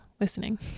listening